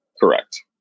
correct